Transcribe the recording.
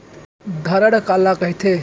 धरण काला कहिथे?